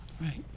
right